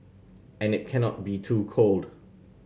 and it cannot be too cold